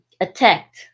attacked